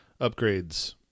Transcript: upgrades